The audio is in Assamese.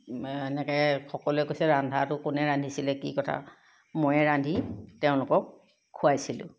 এনেকৈ সকলোৱে কৈছে ৰন্ধাটো কোনে ৰান্ধিছিলে কি কথা ময়ে ৰান্ধি তেওঁলোকক খুৱাইছিলোঁ